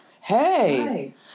hey